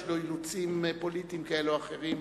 יש לו אילוצים פוליטיים כאלה או אחרים.